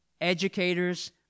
educators